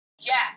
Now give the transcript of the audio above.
yes